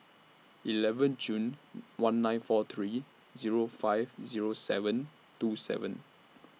eleven June one nine four three Zero five Zero seven two seven